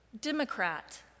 Democrat